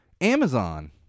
Amazon